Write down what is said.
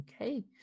Okay